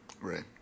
Right